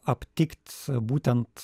aptikt būtent